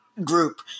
group